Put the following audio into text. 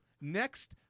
Next